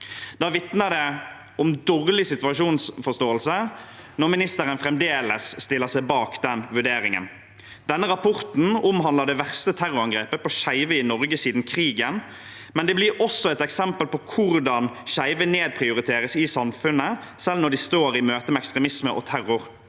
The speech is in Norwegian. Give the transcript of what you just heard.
Da vitner det om dårlig situasjonsforståelse når ministeren fremdeles stiller seg bak den vurderingen. Denne rapporten omhandler det verste terrorangrepet på skeive i Norge siden krigen, men det blir også et eksempel på hvordan skeive nedprioriteres i samfunnet, selv når de står i møte med ekstremisme og terror.